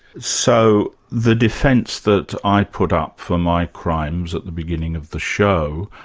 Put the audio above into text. so the defence that i put up for my crimes at the beginning of the show,